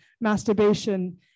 masturbation